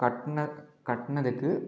கட்டின கட்டினத்துக்கு